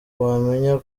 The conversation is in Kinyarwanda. wamenya